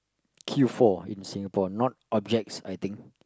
queue for in Singapore not objects I think